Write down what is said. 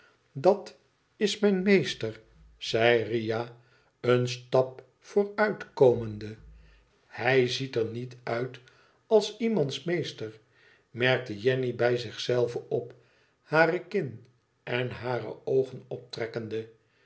dat is mijn meester zei ria een stap vooruit komende hij ziet er niet uit als iemands meester merkte jenny bij zich zelve op hare kin en hare oogen optrekkende